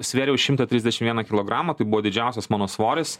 svėriau šimtą trisdešim vieną kilogramą tai buvo didžiausias mano svoris